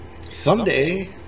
Someday